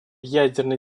ядерной